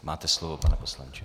Máte slovo, pane poslanče.